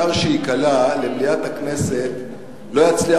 זר שייקלע למליאת הכנסת לא יצליח,